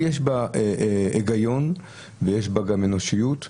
יש בזה היגיון ויש גם אנושיות,